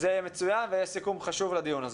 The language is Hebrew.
זה יהיה מצוין ויהיה סיכום חשוב לדיון הזה.